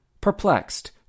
perplexed